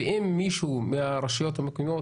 ואם מישהו מהרשויות המקומיות,